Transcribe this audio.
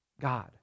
God